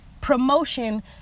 promotion